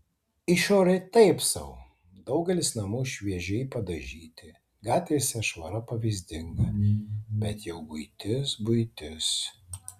išorė taip sau daugelis namų šviežiai padažyti gatvėse švara pavyzdinga bet jau buitis buitis